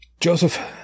joseph